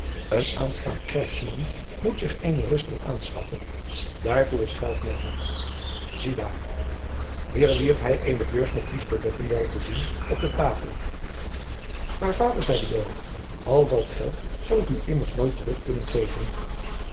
een aanstaand krijgsman moet zich eene rusting aanschaffen daartoe is geld benoodigd ziedaar hier wierp hij eene beurs met pistoletten wel voorzien op de tafel maar vader zeide joan al dat geld zal ik u immers nooit terug kunnen geven